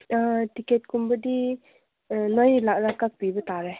ꯇꯤꯛꯀꯦꯠꯀꯨꯝꯕꯗꯤ ꯅꯣꯏ ꯂꯥꯛꯂꯒ ꯀꯛꯄꯤꯕ ꯇꯥꯔꯦ